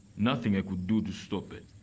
nothing do to stop it,